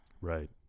Right